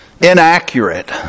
inaccurate